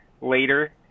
later